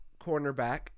cornerback